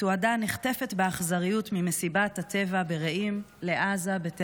שתועדה נחטפת באכזריות ממסיבת הטבע ברעים בטנדר לעזה.